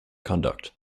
conduct